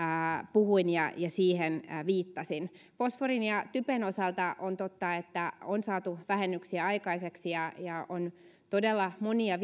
puhuin ja siihen viittasin fosforin ja typen osalta on totta että on saatu vähennyksiä aikaiseksi ja ja on todella monia